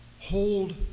Hold